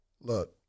Look